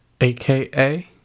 aka